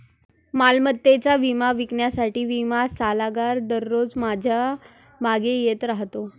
मालमत्तेचा विमा विकण्यासाठी विमा सल्लागार दररोज माझ्या मागे येत राहतो